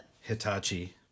Hitachi